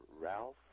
ralph